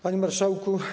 Panie Marszałku!